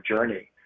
journey